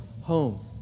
home